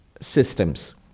systems